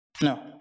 No